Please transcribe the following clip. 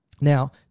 Now